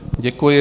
Děkuji.